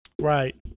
Right